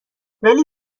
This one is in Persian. ولی